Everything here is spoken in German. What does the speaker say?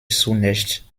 zunächst